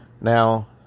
Now